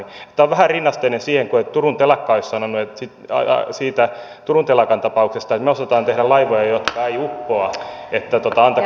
tämä on vähän rinnasteinen siihen kuin että turun telakka olisi sanonut siitä turun telakan tapauksesta että me osaamme tehdä laivoja jotka eivät uppoa antakaa meille rahaa